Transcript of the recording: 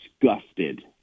disgusted